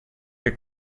che